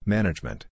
Management